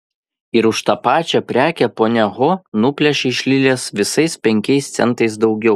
ir už tą pačią prekę ponia ho nuplėšė iš lilės visais penkiais centais daugiau